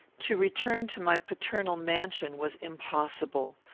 to return to my paternal mansion was impossible.